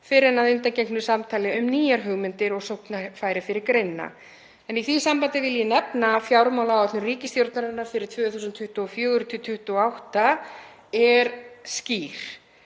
fyrr en að undangengnu samtali um nýjar hugmyndir og sóknarfæri fyrir greinina. Í því sambandi vil ég nefna að fjármálaáætlun ríkisstjórnarinnar fyrir árin 2024–2028 er skýr